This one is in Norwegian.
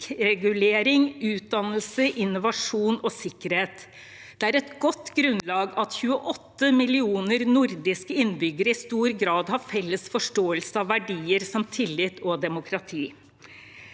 regulering, utdannelse, innovasjon og sikkerhet. Det er et godt grunnlag at 28 millioner nordiske innbyggerne i stor grad har felles forståelse av verdier som tillit og demokrati.